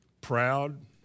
Proud